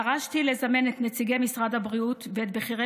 דרשתי לזמן את נציגי משרד הבריאות ואת בכירי